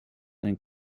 and